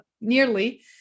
nearly